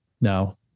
Now